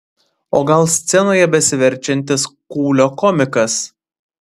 o gal scenoje besiverčiantis kūlio komikas